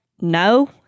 No